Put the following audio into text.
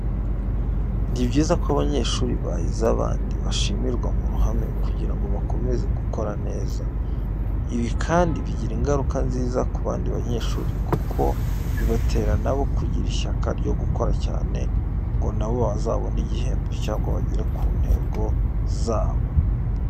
Ni byiza ko abanyeshuri bahize abandi bashimirwa mu ruhame kugira ngo bakomeze gukora neza. Ibi kandi bigira ingaruka nziza ku bandi banyeshuri kuko bibatera na bo kugira ishyaka ryo gukora cyane ngo na bo bazabone ibihembo cyangwa bagere ku ntego zabo.